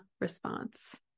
response